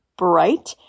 Bright